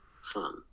fun